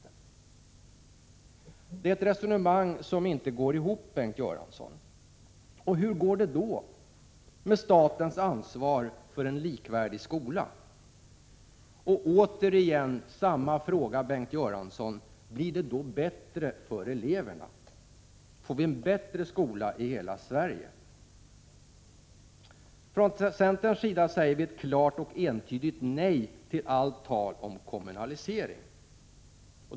Det är ett resonemang som inte går ihop, Bengt Göransson. Om man för ett sådant resonemang, hur går det då med statens ansvar för en likvärdig skola? Och återigen samma fråga, Bengt Göransson: Blir det då bättre för eleverna? Får vi en bättre skola i hela Sverige? Centern säger ett klart och entydigt nej till allt tal om kommunalisering.